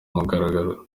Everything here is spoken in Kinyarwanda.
mugaragaro